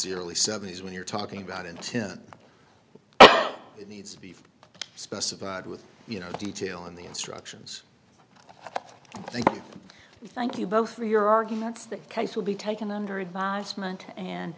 the early seventies when you're talking about intent it needs to be specified with you know detail in the instructions thank you thank you both for your arguments that case will be taken under advisement and